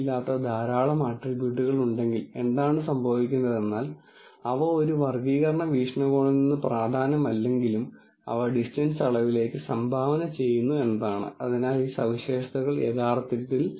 അതിനാൽ നമ്മൾ ഉപയോഗിക്കുന്ന പ്രധാന പദങ്ങൾ നോക്കേണ്ടത് പ്രധാനമാണ് അത് സംഘടിപ്പിക്കപ്പെടാൻ സാധ്യത ആണ് അനുമാനങ്ങൾ പ്രധാനമാണ് സാധ്യത അർത്ഥമാക്കുന്നത് നമ്മൾ ചില മെട്രിക് ചെയ്യേണ്ടിവരും വ്യത്യസ്ത ആളുകൾ വ്യത്യസ്തമായി ഉപയോഗിക്കും